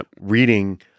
reading